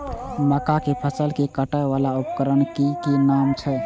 मक्का के फसल कै काटय वाला उपकरण के कि नाम छै?